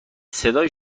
صدای